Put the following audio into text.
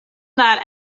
that